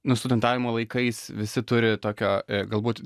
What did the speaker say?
nu studentavimo laikais visi turi tokio galbūt